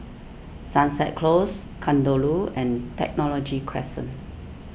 Sunset Close Kadaloor and Technology Crescent